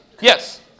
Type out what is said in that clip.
Yes